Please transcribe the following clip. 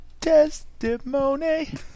testimony